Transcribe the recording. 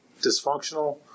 dysfunctional